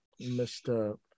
Mr